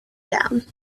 down